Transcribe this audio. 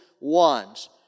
ones